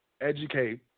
educate